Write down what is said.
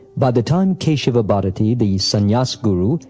by the time keshava bharati, the sannyasa-guru,